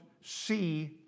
see